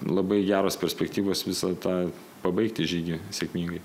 labai geros perspektyvos visą tą pabaigti žygį sėkmingai